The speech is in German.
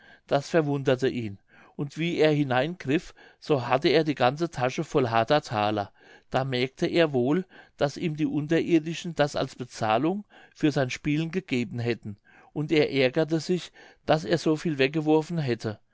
das verwunderte ihn und wie er hineingriff so hatte er die ganze tasche voll harter thaler da merkte er wohl daß ihm die unterirdischen das als bezahlung für sein spielen gegeben hätten und er ärgerte sich daß er so viel weggeworfen hätte